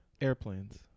Airplanes